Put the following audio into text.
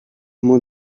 moins